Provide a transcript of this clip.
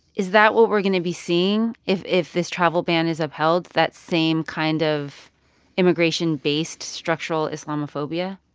is that what we're going to be seeing if if this travel ban is upheld, that same kind of immigration-based structural islamophobia?